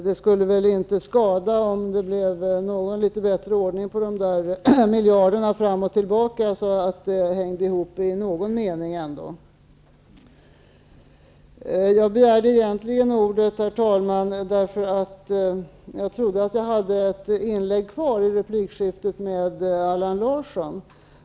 Det skulle inte skada om det blev litet bättre ordning på dessa miljarder fram och tillbaka så att det i någon mening hänger ihop. Herr talman! Jag begärde egentligen ordet då jag trodde att jag hade ytterligare ett inlägg i replikskiftet med Allan Larsson.